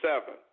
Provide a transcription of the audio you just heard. seven